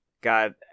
god